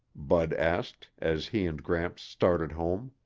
bud asked, as he and gramps started home.